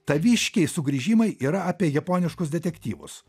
taviškiai sugrįžimai yra apie japoniškus detektyvus